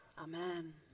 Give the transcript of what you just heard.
Amen